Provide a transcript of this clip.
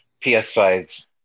ps5s